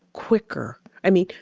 quicker. i mean,